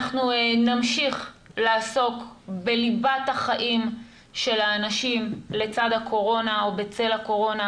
אנחנו נמשיך לעסוק בליבת החיים של האנשים לצד הקורונה או בצל הקורונה,